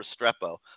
Restrepo